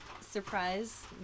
surprise